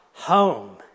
home